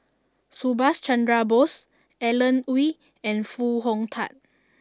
Subhas Chandra Bose Alan Oei and Foo Hong Tatt